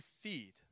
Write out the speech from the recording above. feed